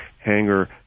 Hangar